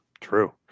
True